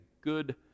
good